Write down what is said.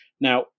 Now